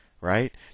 right